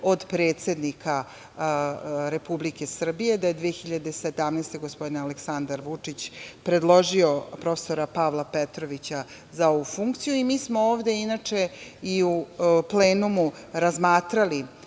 od predsednika Republike Srbije, da je 2017. godine gospodin Aleksandar Vučić predložio profesora Pavla Petrovića za ovu funkciju. Mi smo ovde, inače, u plenumu razmatrali